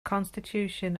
constitution